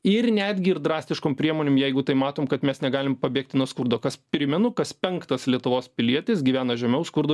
ir netgi ir drastiškom priemonėm jeigu tai matom kad mes negalim pabėgti nuo skurdo kas primenu kas penktas lietuvos pilietis gyvena žemiau skurdo